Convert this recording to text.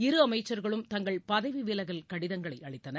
இரு அமைச்சர்களும் தங்கள் பதவி விலகல் கடிதங்களை அளித்தனர்